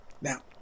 Now